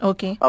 Okay